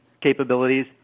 capabilities